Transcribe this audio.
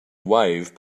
wave